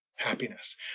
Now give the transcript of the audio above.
happiness